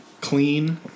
clean